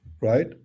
Right